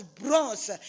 bronze